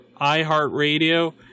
iHeartRadio